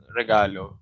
regalo